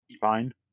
fine